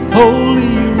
holy